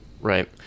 Right